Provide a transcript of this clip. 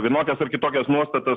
vienokias ar kitokias nuostatas